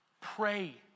Pray